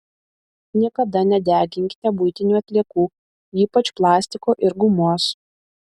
niekada nedeginkite buitinių atliekų ypač plastiko ir gumos